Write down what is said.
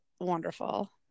wonderful